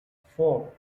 four